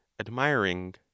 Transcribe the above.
admiring